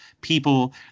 people